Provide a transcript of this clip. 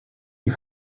die